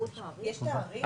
יש תאריך?